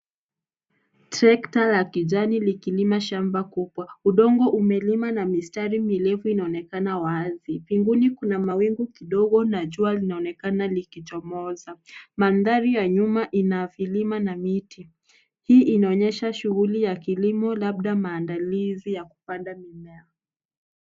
Trekta la kijani likilima shamba kubwa, udongo umelima na mistari mirefu inaonekana wazi. Mbinguni kuna mawingu kidogo na jua linaonekana likichomoza. Mandhari ya nyuma ina vilima na miti .Hii inaonyesha shughuli ya kilimo labda maandalizi ya kupanda mimea.